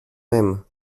mêmes